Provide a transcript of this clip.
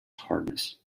hardness